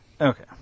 Okay